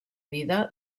vida